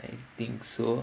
I think so